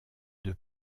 deux